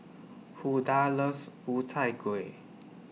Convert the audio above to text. Hulda loves Ku Chai Kuih